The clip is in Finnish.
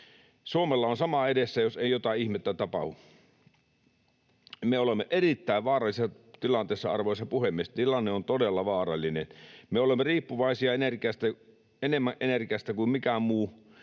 Suomella on sama edessä, jos ei jotain ihmettä tapahdu. Me olemme erittäin vaarallisessa tilanteessa, arvoisa puhemies. Tilanne on todella vaarallinen. Me olemme riippuvaisia energiasta enemmän kuin mikään muu